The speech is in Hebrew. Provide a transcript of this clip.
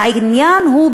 העניין הוא,